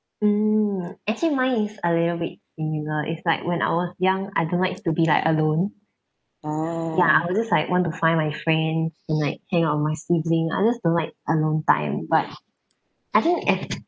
mm actually mine is a little bit similar it's like when I was young I don't like to be like alone ya I will just like want to find my friends and like hang out with my sibling I just don't like alone time but I think as